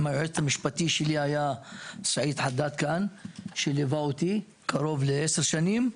היועץ המשפטי שלי היה סעיד חדאד שליווה אותי קרוב לעשר שנים.